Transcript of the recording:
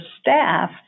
staff